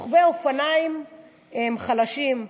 רוכבי האופניים הם חלשים,